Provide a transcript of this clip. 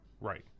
Right